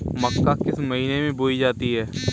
मक्का किस महीने में बोई जाती है?